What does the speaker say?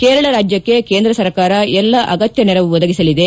ಕೇರಳ ರಾಜ್ಯಕ್ಷೆ ಕೇಂದ್ರ ಸರ್ಕಾರ ಎಲ್ಲ ಅಗತ್ತ ನೆರವು ಒದಗಿಸಲಿದೆ